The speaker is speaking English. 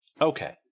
Okay